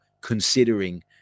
considering